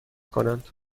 کنند